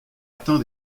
atteint